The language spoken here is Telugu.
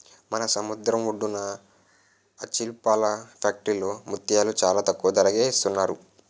మన సముద్రం ఒడ్డున ఆల్చిప్పల ఫ్యాక్టరీలో ముత్యాలు చాలా తక్కువ ధరకే ఇస్తున్నారు